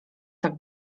tak